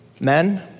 men